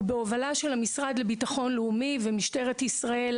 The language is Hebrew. הוא בהובלה של המשרד לביטחון לאומי ומשטרת ישראל,